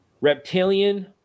reptilian